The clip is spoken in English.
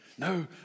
No